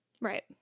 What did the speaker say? Right